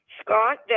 Scott